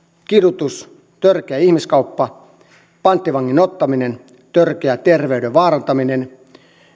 kidutus törkeä ihmiskauppa panttivangin ottaminen törkeä terveyden vaarantaminen